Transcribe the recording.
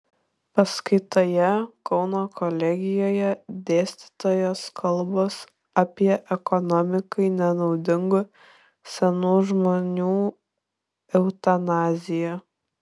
paskaitoje kauno kolegijoje dėstytojos kalbos apie ekonomikai nenaudingų senų žmonių eutanaziją